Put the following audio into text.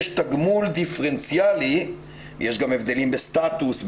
יש תגמול דיפרנציאלי ויש גם הבדלים בסטטוס,